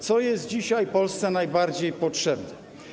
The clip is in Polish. Co jest dzisiaj Polsce najbardziej potrzebne?